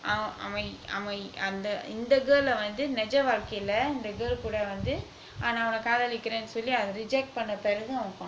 அவன் அவன் அவன் அந்த இந்த:avan avan avan antha intha girl lah வந்து நிஜ வாழ்க்கையில இந்த:vanthu nija vazhkaiyila intha girl கூட வந்து ஆனா அவன காதலிக்கிறேன் சொல்லி:kooda vanthu avana kadhalikkiren solli reject பன்னபிறகு அவன்:pannapiragu avan